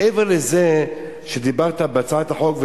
מעבר לזה שדיברת בהצעת החוק,